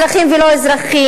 אזרחים ולא אזרחים,